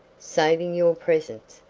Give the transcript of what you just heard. saving your presence,